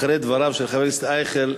אחרי דבריו של חבר הכנסת אייכלר,